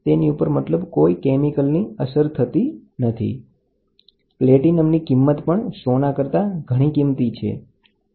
તે સોના કરતાં પણ ઘણો કીમતી છે